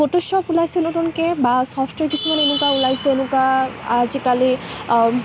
Photoshop ওলাইছে নতুনকৈ বা ছফ্টৱেৰ কিছুমান এনেকুৱা ওলাইছে এনেকুৱা আজিকালি